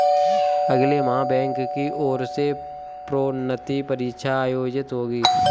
अगले माह बैंक की ओर से प्रोन्नति परीक्षा आयोजित होगी